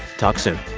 talk soon